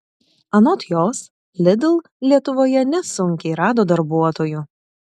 anot jos lidl lietuvoje nesunkiai rado darbuotojų